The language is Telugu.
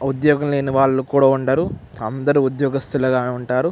ఉద్యోగం లేని వాళ్ళు కూడా ఉండరు అందరూ ఉద్యోగస్తులుగానే ఉంటారు